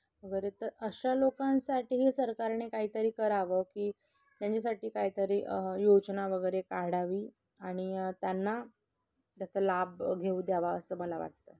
वगैरे तर अशा लोकांसाठीही सरकारने काहीतरी करावं की त्यांच्यासाठी काहीतरी योजना वगैरे काढावी आणि त्यांना त्याचा लाभ घेऊ द्यावा असं मला वाटतं